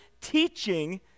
teaching